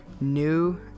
new